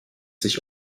sich